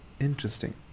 interesting